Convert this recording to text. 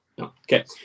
Okay